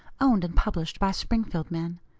owned and published by springfield men.